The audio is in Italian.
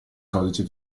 codice